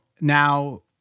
now